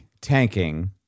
tanking